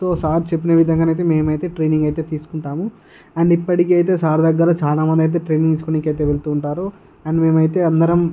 so sir చెప్పిన విధంగానైతే మేమైతే ట్రైనింగ్ అయితే తీసుకుంటాము అండ్ ఇప్పటికి అయితే సార్ దగ్గర చాలా మంది అయితే ట్రైనింగ్ అయితే తీసుకునేకి అయితే వెళుతు ఉంటారు అండ్ మేమైతే అందరం